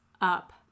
up